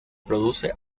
produce